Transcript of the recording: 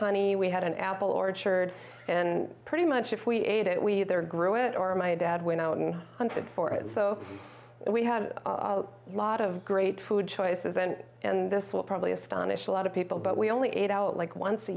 honey we had an apple orchard and pretty much if we ate it we either grew it or my dad went out and hunted for it so we had a lot of great food choices and and this will probably astonish a lot of people but we only ate out like once a